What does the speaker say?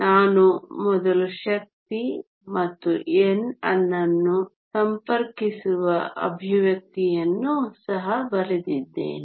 ನಾವು ಮೊದಲು ಶಕ್ತಿ ಮತ್ತು n ಅನ್ನು ಸಂಪರ್ಕಿಸುವ ಎಕ್ಸ್ಪ್ರೆಶನ್ ಅನ್ನು ಸಹ ಬರೆದಿದ್ದೇವೆ